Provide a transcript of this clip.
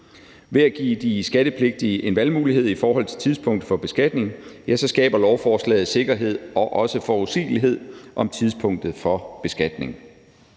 Ved at give de skattepligtige en valgmulighed i forhold til tidspunkt for beskatning skaber lovforslaget sikkerhed og også forudsigelighed om tidspunktet for beskatning.